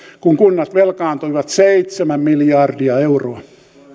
kun kunnat velkaantuivat seitsemän miljardia euroa